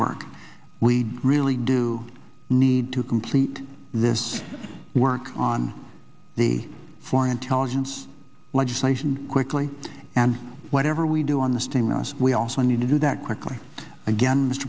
work we really do need to complete this work on the floor intelligence legislation quickly and whatever we do on the stimulus we also need to do that quickly again